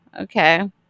Okay